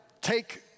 take